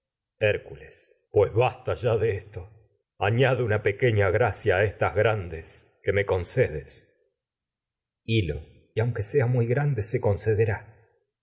hércules pues basta ya de esto añade una pe queña gracia a estas tan grandes que me concedes hil lo y aunque a la sea muy grande se concederá